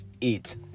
eat